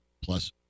plus